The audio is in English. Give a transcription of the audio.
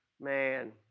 Man